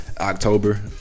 October